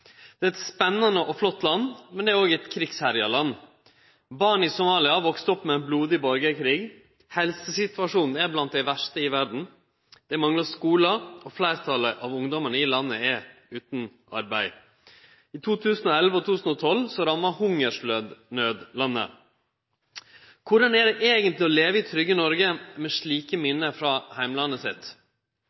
Det er eit spennande og flott land, men det er òg eit krigsherja land. Barn i Somalia har vakse opp med blodig borgarkrig, helsesituasjonen er blant den verste i verda, det manglar skular, og fleirtalet av ungdomane i landet er utan arbeid. I 2011 og 2012 ramma hungersnaud landet. Korleis er det eigentleg å leve i trygge Noreg med slike minne frå heimlandet sitt?